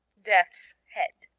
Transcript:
death's head.